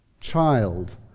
child